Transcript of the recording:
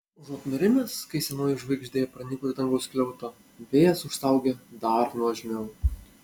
užuot nurimęs kai senoji žvaigždė pranyko iš dangaus skliauto vėjas užstaugė dar nuožmiau